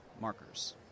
markers